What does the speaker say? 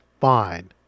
fine